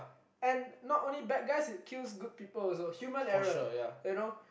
and not only bad guys it kills good people also human error